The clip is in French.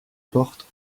portes